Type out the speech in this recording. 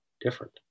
different